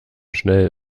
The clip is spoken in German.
schnell